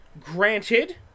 Granted